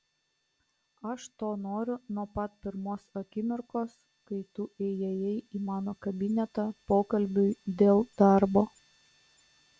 aš to noriu nuo pat pirmos akimirkos kai tu įėjai į mano kabinetą pokalbiui dėl darbo